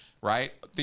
right